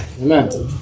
Amen